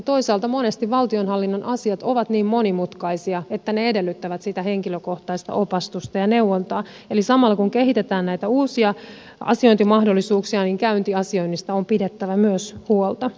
toisaalta monesti valtionhallinnon asiat ovat niin monimutkaisia että ne edellyttävät sitä henkilökohtaista opastusta ja neuvontaa eli samalla kun kehitetään näitä uusia asiointimahdollisuuksia käyntiasioinnista on pidettävä myös huolta